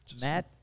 Matt